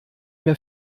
mehr